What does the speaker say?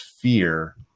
fear